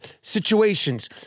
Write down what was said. situations